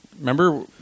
Remember